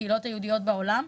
הקהילות היהודיות בעולם,